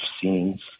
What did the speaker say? scenes